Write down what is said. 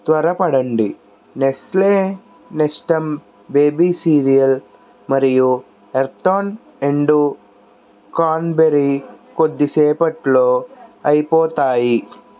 త్వరపడండి Nestle Nestum baby cereal మరియు ఎర్తాన్ ఎండు కాన్బెర్రీ కొద్దిసేపట్లో అయిపోతాయి